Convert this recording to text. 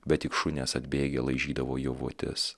bet tik šunys atbėgę laižydavo jo votis